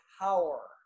power